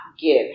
give